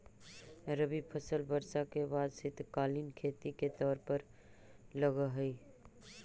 रबी फसल वर्षा के बाद शीतकालीन खेती के तौर पर लगऽ हइ